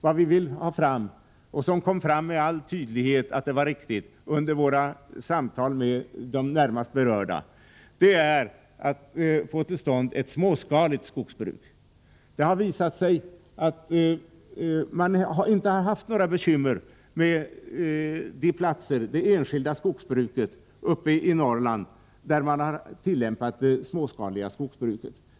Under våra samtal med de närmast berörda framkom att det med all tydlighet är viktigt att vi får till stånd ett småskaligt skogsbruk. Det har visat sig att man inte haft några bekymmer med det enskilda skogsbruket uppe Norrland där man tillämpat småskalighet.